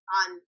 on